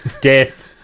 death